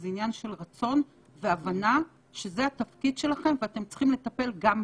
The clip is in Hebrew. זה עניין של רצון והבנה שזה התפקיד שלכם ואתם צריכים לטפל גם בזה,